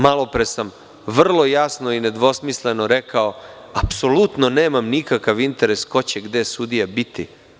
Malopre sam vrlo jasno i nedvosmisleno rekao - apsolutno nemam nikakav interes ko će gde od sudija biti.